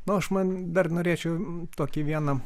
nu aš man dar norėčiau tokį vieną